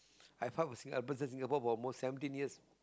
I fight with Singapore for almost seventeen years